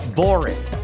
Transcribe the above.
boring